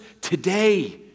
today